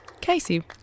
Casey